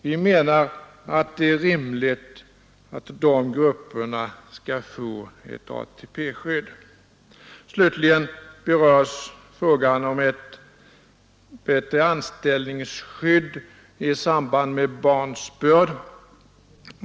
Vi menar att det är rimligt att de grupperna skall få ett ATP-skydd. Slutligen berörs frågan om ett bättre anställningsskydd i samband med barnsbörd.